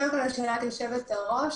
קודם כל לשאלת היושבת-ראש,